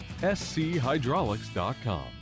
SCHydraulics.com